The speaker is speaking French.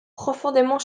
profondément